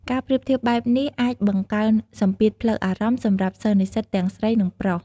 ការប្រៀបធៀបបែបនេះអាចបង្កើនសម្ពាធផ្លូវអារម្មណ៍សម្រាប់សិស្សនិស្សិតទាំងស្រី និងប្រុស។